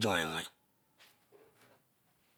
juenwe.